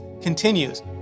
continues